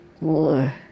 more